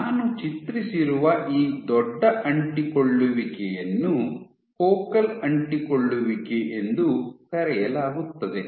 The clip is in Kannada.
ನಾನು ಚಿತ್ರಿಸಿರುವ ಈ ದೊಡ್ಡ ಅಂಟಿಕೊಳ್ಳುವಿಕೆಯನ್ನು ಫೋಕಲ್ ಅಂಟಿಕೊಳ್ಳುವಿಕೆ ಎಂದು ಕರೆಯಲಾಗುತ್ತದೆ